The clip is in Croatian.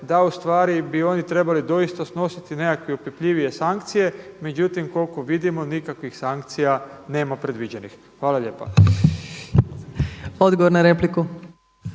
da ustvari bi oni trebali doista snositi nekakve opipljivije sankcije, međutim koliko vidimo nikakvih sankcija nema predviđenih. Hvala lijepa. **Opačić,